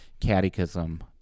catechism